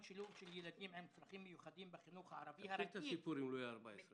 ילדים עם צרכים מיוחדים בחינוך הערבי הרגיל הוא בעייתי.